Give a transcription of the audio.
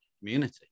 community